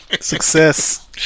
Success